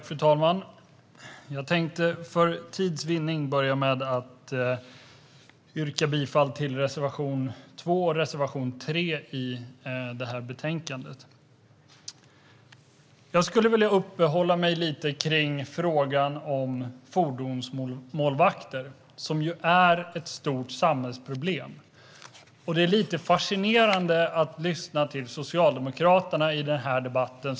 Fru talman! Jag tänkte för tids vinnande börja med att yrka bifall till reservation 2 och reservation 3 i det här betänkandet. Jag skulle vilja uppehålla mig lite kring frågan om fordonsmålvakter, som ju är ett stort samhällsproblem. Det är fascinerande att lyssna till Socialdemokraterna i den här debatten.